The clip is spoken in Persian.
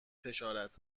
فشارد